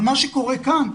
אבל מה שקורה כאן,